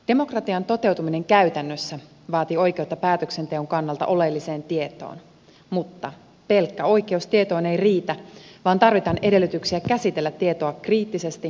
demokratian toteutuminen käytännössä vaatii oikeutta päätöksenteon kannalta oleelliseen tietoon mutta pelkkä oikeus tietoon ei riitä vaan tarvitaan edellytyksiä käsitellä tietoa kriittisesti ja kyseenalaistaen